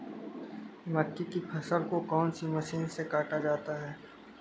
मक्के की फसल को कौन सी मशीन से काटा जाता है?